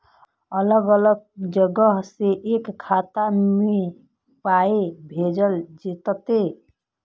अलग अलग जगह से एक खाता मे पाय भैजल जेततै?